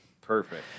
Perfect